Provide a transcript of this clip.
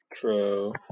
True